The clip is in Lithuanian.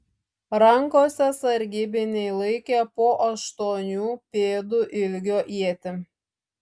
rankose sargybiniai laikė po aštuonių pėdų ilgio ietį